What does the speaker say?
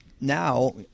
now